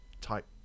type